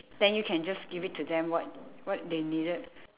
then you can just give it to them what what they needed